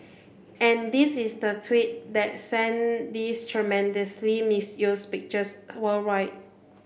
and this is the tweet that sent these tremendously misused pictures worldwide